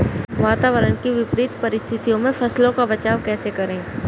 वातावरण की विपरीत परिस्थितियों में फसलों का बचाव कैसे करें?